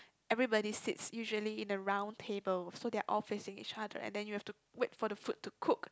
everybody sits usually in a round table so they are all facing each other and then you have to wait for the food to cook